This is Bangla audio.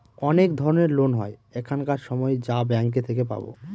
অনেক ধরনের লোন হয় এখানকার সময় যা ব্যাঙ্কে থেকে পাবো